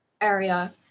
area